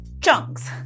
chunks